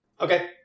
Okay